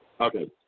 Okay